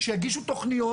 שיגישו תכניות.